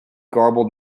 garbled